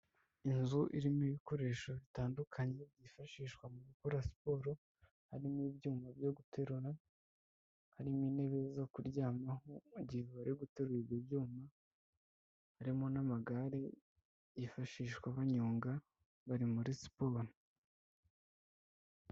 Inzu irimo ibikoresho bitandukanye byifashishwa mu gukora siporo, harimo ibyuma byo guterura, harimo intebe zo kuryamaho mu gihe bari guterura ibyuma, harimo n'amagare yifashishwa banyonga bari muri siporo.